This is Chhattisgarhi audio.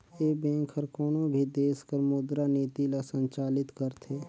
ए बेंक हर कोनो भी देस कर मुद्रा नीति ल संचालित करथे